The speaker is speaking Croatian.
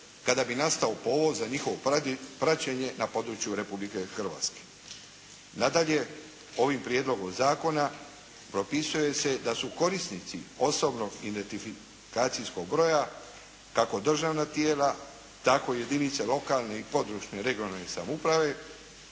kada bi nastao povod za njihovo praćenje na području Republike Hrvatske. Nadalje, ovim prijedlogom zakona propisuje se da su korisnici osobnog identifikacijskog broja, kako državna tijela tako i jedinice lokalne i područne (regionalne) samouprave